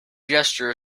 gesture